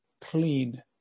clean